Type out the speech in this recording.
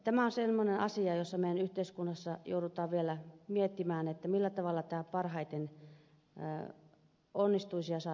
tämä on semmoinen asia joka meidän yhteiskunnassamme joudutaan vielä miettimään millä tavalla tämä parhaiten onnistuisi ja saataisiin aikaiseksi